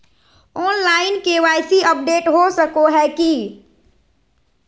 Online KYC update हो सको है की?